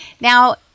Now